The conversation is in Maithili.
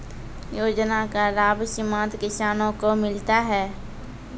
योजना का लाभ सीमांत किसानों को मिलता हैं?